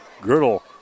Girdle